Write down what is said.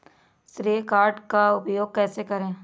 श्रेय कार्ड का उपयोग कैसे करें?